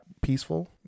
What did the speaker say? peaceful